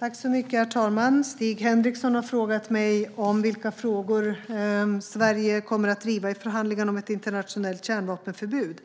Herr talman! Stig Henriksson har frågat mig vilka frågor Sverige kommer att driva i förhandlingarna om ett internationellt kärnvapenförbud,